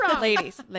ladies